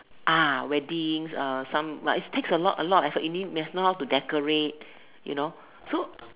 weddings some but it takes a lot a lot of effort I mean must know how to decorate you know so